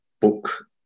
book